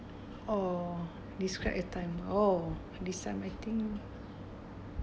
or describe a time oh this time I think